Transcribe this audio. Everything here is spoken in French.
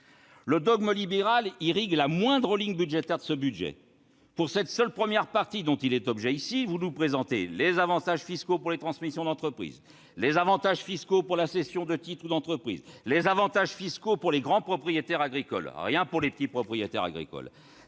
Le dogme libéral irrigue la moindre ligne budgétaire de ce projet de loi de finances. Pour cette seule première partie, vous nous présentez des avantages fiscaux pour la transmission d'entreprises, des avantages fiscaux pour la cession de titre ou d'entreprise, des avantages fiscaux pour les grands propriétaires agricoles- mais il n'y a rien pour les petits propriétaires agricoles